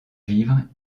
vivre